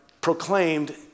proclaimed